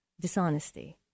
dishonesty